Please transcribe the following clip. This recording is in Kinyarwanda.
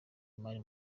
imari